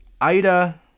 Ida